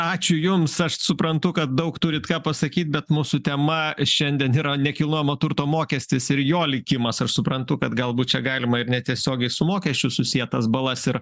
ačiū jums aš suprantu kad daug turit ką pasakyt bet mūsų tema šiandien yra nekilnojamo turto mokestis ir jo likimas aš suprantu kad galbūt čia galima ir netiesiogiai su mokesčiu susiet tas balas ir